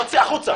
החוצה.